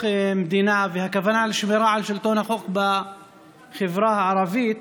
מדינה והכוונה לשמירה על שלטון החוק בחברה הערבית